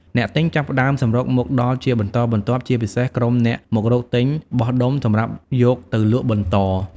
អ្នកទិញចាប់ផ្ដើមសម្រុកមកដល់ជាបន្តបន្ទាប់ ជាពិសេសក្រុមអ្នកមករកទិញបោះដុំសម្រាប់យកទៅលក់បន្ត។